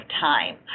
time